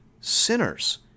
sinners